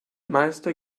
meister